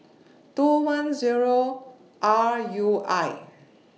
two one Zero R U I